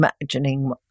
imagining